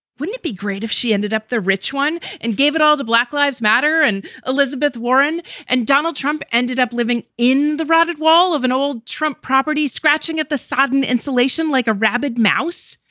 wouldn't it be great if she ended up the rich one and gave it all to black lives matter and elizabeth warren and donald trump ended up living in the rotted wall of an old trump property, scratching at the sodden insulation like a rabid mouse?